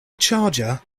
charger